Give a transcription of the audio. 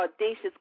audacious